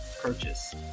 purchase